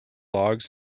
logs